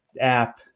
app